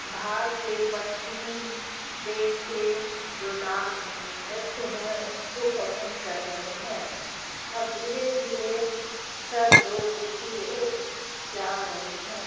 बाहर के पश्चिमी देश के जो डान नृत्य हैं उनको पसंद कर रहे हैं अब धीरे धीरे सब लोग उसी ओर जा रहे हैं